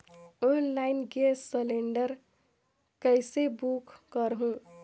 Online gas cylinder कइसे book करहु?